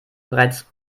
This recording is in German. bereits